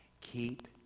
keep